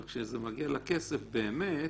אבל כשזה מגיע לכסף באמת,